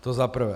To za prvé.